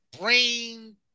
brain